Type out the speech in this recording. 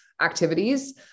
activities